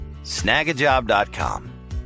Snagajob.com